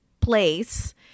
place